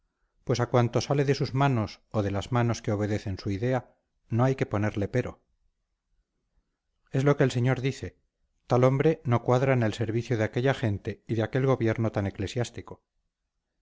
pues a cuanto sale de sus manos o de las manos que obedecen su idea no hay que ponerle pero es lo que el señor dice tal hombre no cuadra en el servicio de aquella gente y de aquel gobierno tan eclesiástico